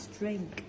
drink